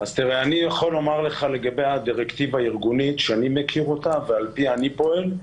אני יכול לומר לך לגבי הדירקטיבה הארגונית שאני מכיר ועל פיה אני פועל,